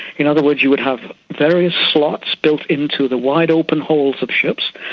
in other words, you would have various slots built into the wide open holds of ships,